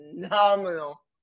Phenomenal